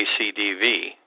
ACDV